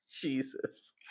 Jesus